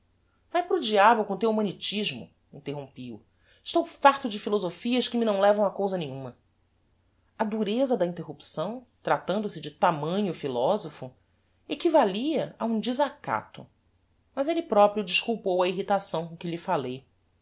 para o diabo com o teu humanitismo interrompi o estou farto de philosophias que me não levam a cousa nenhuma a dureza da interrupção tratando-se de tamanho philosopho equivalia a um desacato mas elle proprio desculpou a irritação com que lhe falei